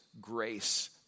grace